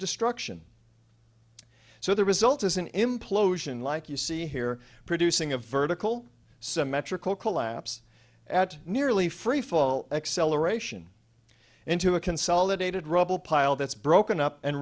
destruction so the result is an implosion like you see here producing a vertical symmetrical collapse at nearly freefall acceleration into a consolidated rubble pile that's broken up and